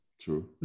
True